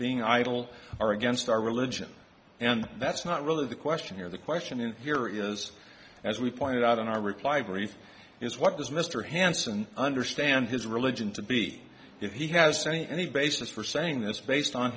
being idle are against our religion and that's not really the question here the question here is as we pointed out in our reply brief is what does mr hanson understand his religion to be if he has any basis for saying this based on